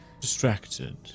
distracted